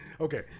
okay